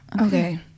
okay